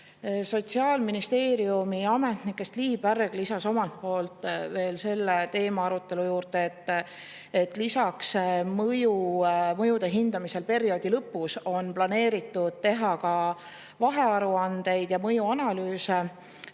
Sotsiaalministeeriumi ametnik Lii Pärg lisas omalt poolt selle teema arutelu juurde, et lisaks mõjude hindamisele perioodi lõpus on planeeritud teha ka vahearuandeid ja mõjuanalüüse.